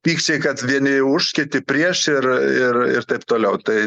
pykčiai kad vieni už kiti prieš ir ir ir taip toliau tai